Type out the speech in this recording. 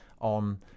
on